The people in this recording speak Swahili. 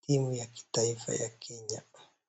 timu ya kitaifa ya Kenya.